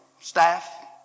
Staff